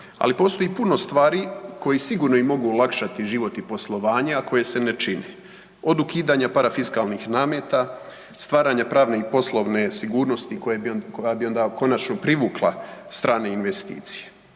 ali postoji puno stvari koji sigurno i mogu olakšati i život i poslovanje, a koje se ne čine, od ukidanja parafiskalnih nameta, stvaranja pravne i poslovne sigurnosti koje bi onda konačno privukla strane investicije,